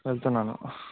వెళ్తున్నాను